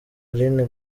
aline